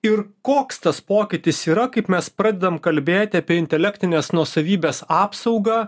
ir koks tas pokytis yra kaip mes pradedam kalbėti apie intelektinės nuosavybės apsaugą